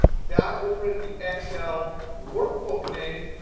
that will print the excel workbook name.